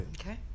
Okay